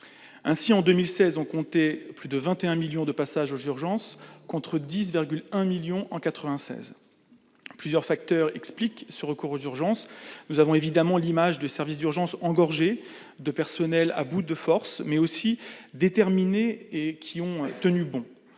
Ainsi, en 2016, on comptait plus de 21 millions de passages aux urgences, contre 10,1 millions en 1996. Plusieurs facteurs expliquent ce recours aux urgences. Nous avons en tête l'image de services d'urgence engorgés, de personnels à bout de force, mais aussi déterminés et qui ont tenu bon.